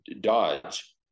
Dodge